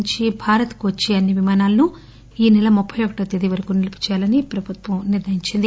నుంచి భారత్ కు వచ్చి అన్ని విమానాలను ఈ నెల ముప్పి ఒకటి వ తేదీ వరకు నిలుపు చేయాలని ప్రభుత్వం నిర్ణయించింది